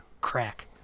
crack